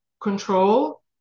control